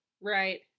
Right